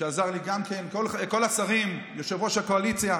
שעזר לי גם כן, כל השרים, יושב-ראש הקואליציה.